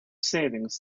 savings